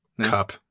cup